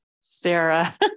Sarah